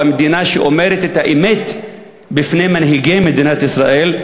הוא המדינה שאומרת את האמת בפני מנהיגי מדינת ישראל,